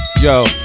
Yo